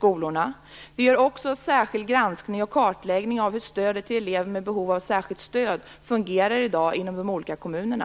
Vi gör också en särskild granskning och kartläggning av hur stödet till elever med behov av särskilt stöd fungerar i dag inom de olika kommunerna.